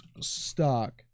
stock